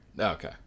okay